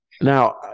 Now